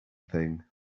thing